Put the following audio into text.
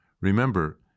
Remember